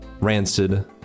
Rancid